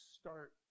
start